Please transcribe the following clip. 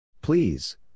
please